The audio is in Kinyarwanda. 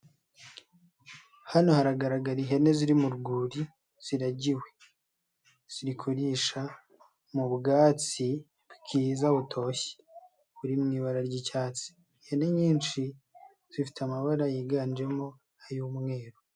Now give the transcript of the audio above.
Hano haragaragara ihene ziri mu rwuri ziragiwe zirikurisha, mu bwatsi bwiza butoshye buri mu ibara ry'icyatsi, ihene nyinshi zifite amabara yiganjemo ay'umweru.